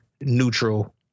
neutral